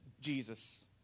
Jesus